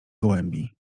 gołębi